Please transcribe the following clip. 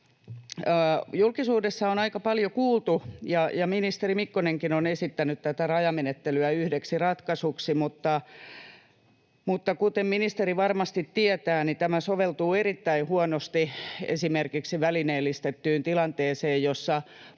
Julkisuudessa on aika paljon kuultu, ja ministeri Mikkonenkin on esittänyt tätä rajamenettelyä yhdeksi ratkaisuksi, mutta kuten ministeri varmasti tietää, tämä soveltuu erittäin huonosti esimerkiksi välineellistettyyn tilanteeseen,